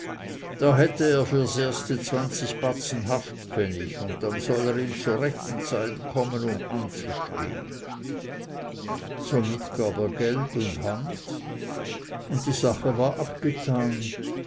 da hätte er fürs erste zwanzig batzen haftpfennig und dann solle er ihm zur rechten zeit kommen um anzustehen somit gab er geld und hand und die sache war abgetan